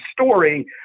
story